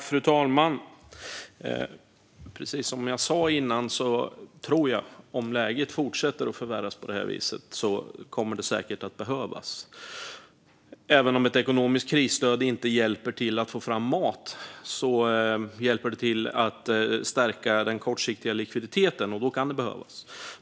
Fru talman! Precis som jag sa tidigare tror jag att ett krisstöd kommer att behövas om läget fortsätter att förvärras på det här viset. Även om ett ekonomiskt krisstöd inte hjälper till att få fram mat hjälper det till att stärka den kortsiktiga likviditeten. Då kan det behövas.